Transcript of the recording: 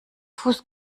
fuß